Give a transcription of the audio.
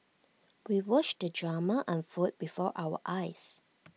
we watched the drama unfold before our eyes